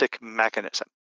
mechanism